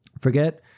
Forget